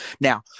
Now